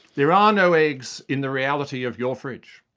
there are no eggs in the reality of your fridge.